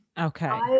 okay